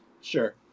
Sure